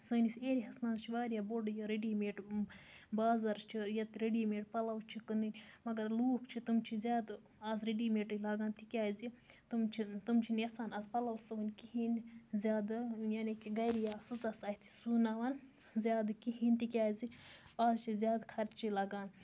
سٲنِس ایریاہَس منٛز چھُ واریاہ بوٚڑ یہِ ریڈی میڈ بازر چھُ ییٚتہِ ریڈی میڈ پَلو چھِ کٔنٕنۍ مَگر لوٗکھ چھِ تِم چھِ زیادٕ آز ریڈی میڈٕے لگان تِکیازِ تِم چھِ تِم چھِنہٕ یَژھان آز پَلو سُونۍ کِہیٖنۍ نہٕ زیادٕ یعنی کہِ گرِ یا سٕژَس اَتھِ سُوناوان زیادٕ کِہیٖنۍ تِکیازِ آز چھُ زیادٕ خرچہٕ لَگان